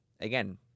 again